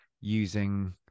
using